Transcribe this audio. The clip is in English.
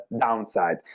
downside